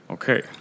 Okay